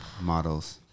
models